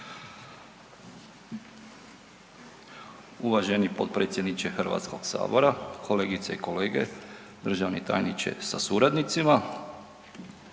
Uvaženi potpredsjedniče Hrvatskog sabora, kolegice i kolege, državni tajniče sa suradnicima.